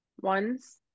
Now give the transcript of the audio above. ones